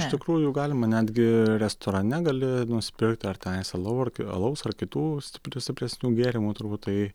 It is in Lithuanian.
iš tikrųjų galima netgi restorane gali nusipirkti ar tenais alau ar alaus ar kitų stip stipresnių gėrimų turbūt tai